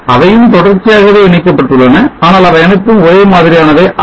அவையும் தொடர்ச்சியாகவே இணைக்கப்பட்டுள்ளன ஆனால் அவை அனைத்தும் ஒரே மாதிரியானவை அல்ல